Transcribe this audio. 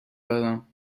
دارم